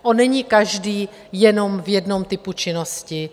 On není každý jenom v jednom typu činnosti.